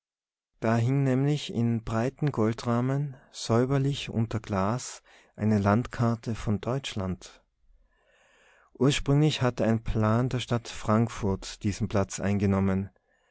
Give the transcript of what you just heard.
hing nämlich in breitem goldrahmen säuberlich unter glas eine landkarte von deutschland ursprünglich hatte ein plan der stadt frankfurt diesen platz eingenommen